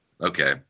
Okay